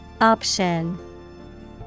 Option